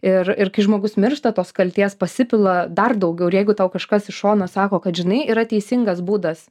ir ir kai žmogus miršta tos kaltės pasipila dar daugiau ir jeigu tau kažkas iš šono sako kad žinai yra teisingas būdas